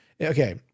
Okay